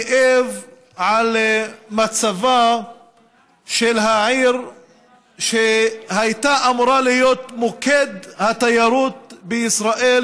כאב על מצבה של העיר שהייתה אמורה להיות מוקד התיירות בישראל,